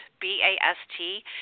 B-A-S-T